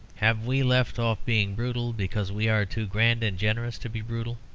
have we left off being brutal because we are too grand and generous to be brutal?